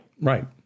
Right